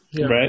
Right